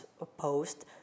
opposed